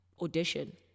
audition